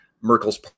Merkel's